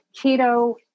Keto